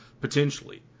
potentially